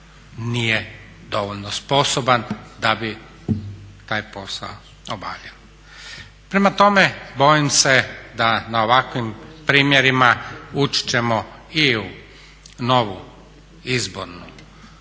nije dovoljno sposoban da bi taj posao obavljao. Prema tome, bojim se da na ovakvim primjerima ući ćemo i u novu izborni